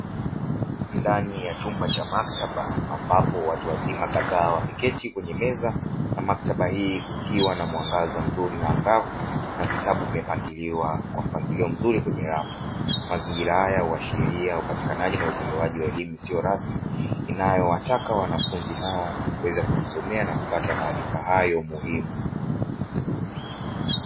Ndani ya chumba cha maktaba ambapo watu wazima kadhaa wameketi kwenye meza na maktaba hii kukiwa kuna mwangaza mzuri na angavu na vitabu vimepangiliwa kwa mpangilio mzuri kwenye rafu, mazingira haya huashiria upatikanaji na utolewaji wa elimu isiyo rasmi inayowataka wanafunzi hawa kuweza kujisomea na kupata maarifa haya muhimu.